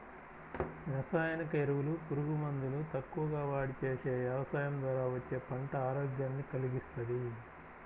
రసాయనిక ఎరువులు, పురుగు మందులు తక్కువగా వాడి చేసే యవసాయం ద్వారా వచ్చే పంట ఆరోగ్యాన్ని కల్గిస్తది